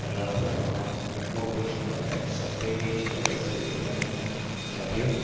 र हामी पौडी खेल्नुको लागि सबै रेडी भएर चाहिँ एकदमै झऱ्यौँ